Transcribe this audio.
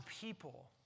people